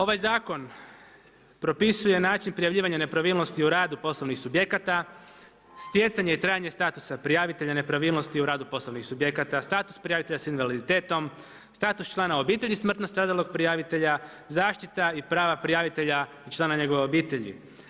Ovaj zakon propisuje način prijavljivanja nepravilnosti o radu poslovnih subjekata, stjecanje i trajanje statusa prijavitelja u nepravilnosti u radu poslovnih subjekata, status prijavitelja s invaliditetom, status člana obitelj smrtnog stradalog prijavitelja, zaštita i prava prijavitelja člana njegove obitelji.